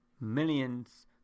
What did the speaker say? millions